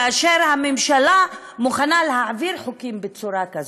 כאשר הממשלה מוכנה להעביר חוקים בצורה כזאת,